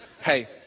Hey